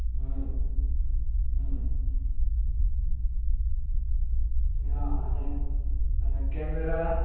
હં હં હા અને અને કેમેરા